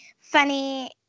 funny